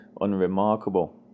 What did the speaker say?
unremarkable